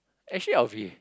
actually I will be